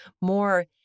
more